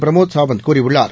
பிரமோத்சாவந்த்கூறியுள்ளார்